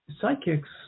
psychics